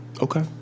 okay